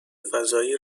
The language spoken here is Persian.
فضایی